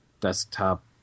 desktop